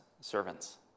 servants